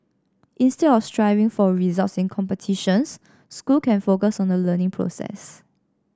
instead of striving for results in competitions school can focus on the learning process